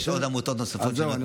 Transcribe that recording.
יש עוד עמותות שנותנות,